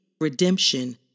redemption